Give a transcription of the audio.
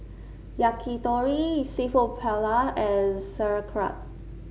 Yakitori seafood Paella and Sauerkraut